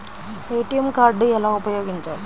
ATM card ఎలా ఉపయోగించాలి?